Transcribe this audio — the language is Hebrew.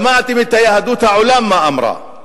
שמעתם את יהדות העולם מה אמרה.